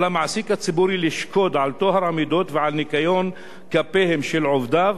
על המעסיק הציבורי לשקוד על טוהר המידות ועל ניקיון כפיהם של עובדיו,